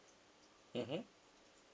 mmhmm